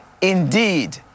Indeed